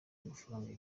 amafaranga